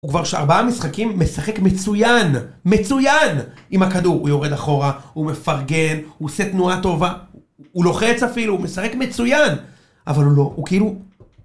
הוא כבר ארבעה משחקים, משחק מצוין, מצוין, עם הכדור הוא יורד אחורה, הוא מפרגן, הוא עושה תנועה טובה, הוא לוחץ אפילו, הוא משחק מצוין אבל הוא לא, הוא כאילו...